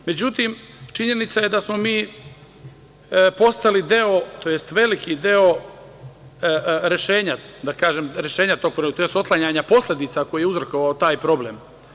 Međutim, činjenica je da smo mi postali deo tj. veliki deo rešenja, tj. otklanjanja posledica koji je uzrokovao taj problem.